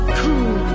cool